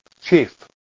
chief